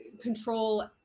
control